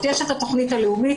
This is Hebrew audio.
יש את התוכנית הלאומית,